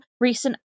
recent